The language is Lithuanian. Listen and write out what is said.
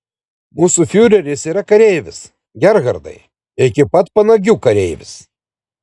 mūsų fiureris yra kareivis gerhardai iki pat panagių kareivis